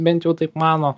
bent jau taip mano